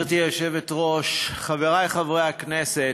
גברתי היושבת-ראש, תודה, חברי חברי הכנסת,